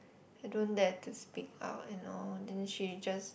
I don't dare to speak out and all then she just